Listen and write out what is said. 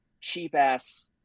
cheap-ass